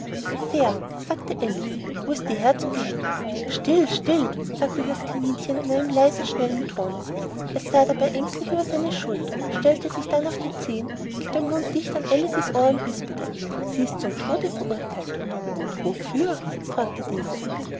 sehr sagte alice wo ist die herzogin still still sagte das kaninchen in einem leisen schnellen tone es sah dabei ängstlich über seine schulter stellte sich dann auf die zehen hielt den mund dicht an alice's ohr und wisperte sie ist zum tode verurtheilt wofür fragte diese